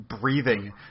breathing